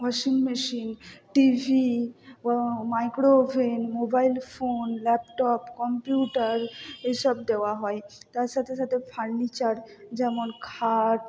washing machine TV micro oven mobile phone laptop computer এই সব দেওয়া হয় তার সাথে সাথে ফার্নিচার যেমন খাট